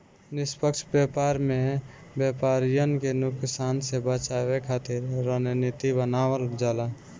निष्पक्ष व्यापार में व्यापरिन के नुकसान से बचावे खातिर रणनीति बनावल जाला